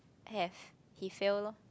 have he fail lor